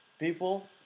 people